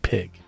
Pig